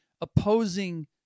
opposing